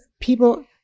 people